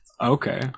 Okay